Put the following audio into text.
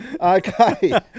Okay